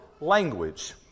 language